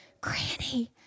Granny